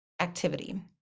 activity